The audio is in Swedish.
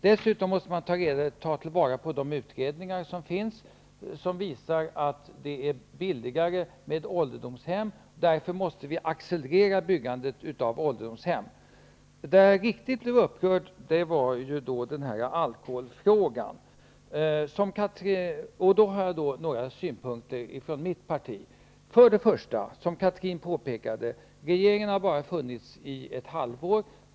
Dessutom måste man ta till vara de utredningar som finns och som visar att det är billigare med ålderdomshem. Därför måste vi accelerera byggandet av ålderdomshem. Det som gjorde mig riktigt upprörd var alkoholfrågan. Här har jag några synpunkter från mitt parti. För det första har, som Chatrine Pålsson påpekade, regeringen bara funnits i ett halvår.